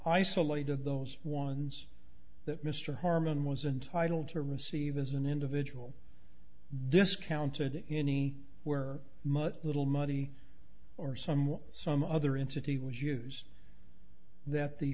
isolate of those ones that mr harmon was entitle to receive as an individual discounted any were much little muddy or somewhere some other entity was used that the